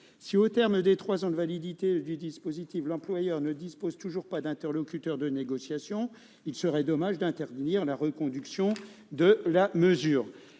Si, au terme des trois ans de validité du dispositif, l'employeur ne dispose toujours pas d'interlocuteurs de négociation, il serait dommage d'interdire la reconduction de la mesure.